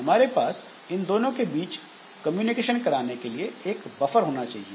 हमारे पास इन दोनों के बीच कम्युनिकेशन कराने के लिए एक बफर होना चाहिए